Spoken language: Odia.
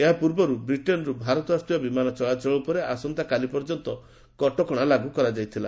ଏହାପୂର୍ବରୁ ବ୍ରିଟେନ୍ ଭାରତ ଆସୁଥିବା ସମସ୍ତ ବିମାନ ଚଳାଚଳ ଉପରେ ଆସନ୍ତାକାଲି ପର୍ଯ୍ୟନ୍ତ କଟକଣା ଲାଗୁ କରାଯାଇଥିଲା